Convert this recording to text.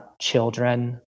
children